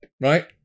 right